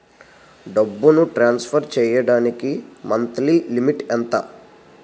డబ్బును ట్రాన్సఫర్ చేయడానికి monthly limit ఎంత?